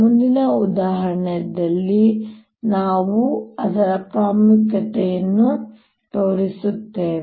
ಮುಂದಿನ ಉದಾಹರಣೆಯಲ್ಲಿ ನಾವು ಅದರ ಪ್ರಾಮುಖ್ಯತೆಯನ್ನು ತೋರಿಸುತ್ತೇವೆ